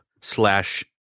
slash